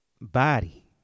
body